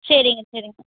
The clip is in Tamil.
சரிங்க சரிங்க